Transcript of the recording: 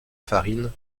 farine